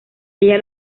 ella